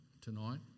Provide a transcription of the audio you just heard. tonight